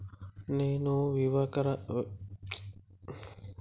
నేను వ్యవసాయ పరికరాలను ఆన్ లైన్ లో కొనచ్చా?